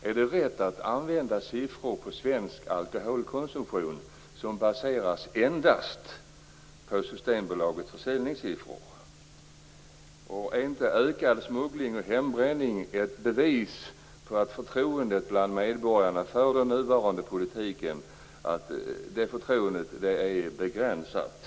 Är det rätt att använda siffror när det gäller svensk alkoholkonsumtion som endast baseras på Systembolagets försäljningssiffror? Är inte ökad smuggling och hembränning ett bevis på att förtroendet bland medborgarna för den nuvarande politiken är begränsat?